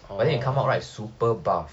but then you come out right super buff